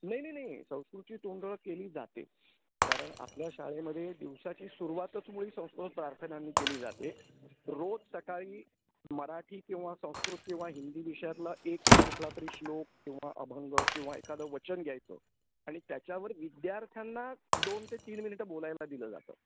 नाही नाही नाही संस्कृतची तोंडओळख केली जाते कारण आपल्या शाळेमध्ये दिवसाची सुरुवातच मुळी संस्कृत प्रार्थनानी केली जाते रोज सकाळी मराठी किंवा संस्कृत किंवा हिंदी विषयातला एक कुठला तरी श्लोक किंवा अभंग किंवा एखादं वचन घ्यायचं आणि त्याच्यावर विद्यार्थ्यांना दोन ते तीन मिनिटं बोलायला दिलं जातं